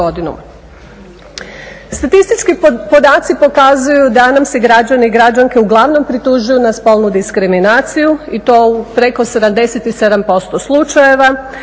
Statistički podaci pokazuju da nam se građani i građanke uglavnom pritužuju na spolnu diskriminaciju i to u preko 77% slučajeva.